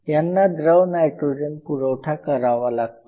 यांना द्रव नायट्रोजन पुरवठा करावा लागतो